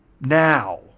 Now